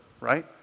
right